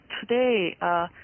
today